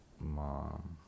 mom